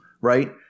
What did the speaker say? Right